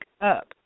up